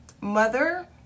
mother